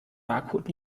barcode